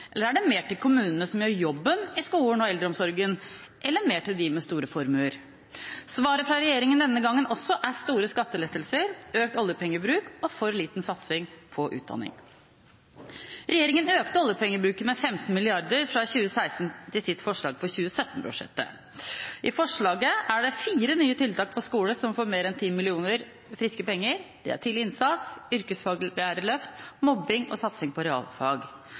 Er det mer til kommunene, som gjør jobben i skolen og i eldreomsorgen, eller er det mer til dem med store formuer? Svaret fra regjeringa også denne gangen er store skattelettelser, økt oljepengebruk og for lite satsing på utdanning. Regjeringa økte oljepengebruken med 15 mrd. kr fra 2016 til sitt forslag til 2017-budsjettet. I forslaget er det fire nye tiltak innen skole som får mer enn 10 mill. kr i friske penger. Det er tidlig innsats, yrkesfaglærerløft, tiltak mot mobbing og satsing på realfag.